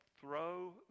throw